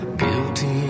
guilty